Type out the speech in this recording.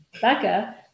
Becca